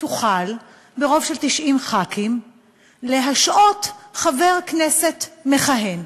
תוכל ברוב של 90 חברי כנסת להשעות חבר כנסת מכהן.